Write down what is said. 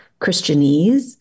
Christianese